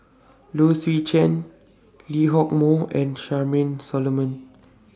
Low Swee Chen Lee Hock Moh and Charmaine Solomon